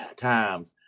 times